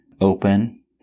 open